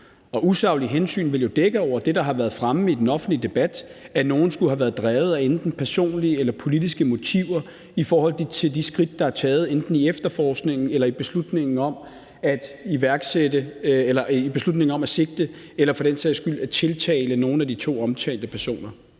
Og usaglige hensyn vil jo dække over det, der har været fremme i den offentlige debat, altså at nogle skulle have været drevet af enten personlige eller politiske motiver i forhold til de skridt, der er taget enten i efterforskningen eller i beslutningen om at sigte eller for den sags skyld at tiltale nogle af de to omtalte personer.